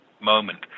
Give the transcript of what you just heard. moment